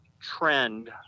trend